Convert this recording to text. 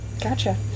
Gotcha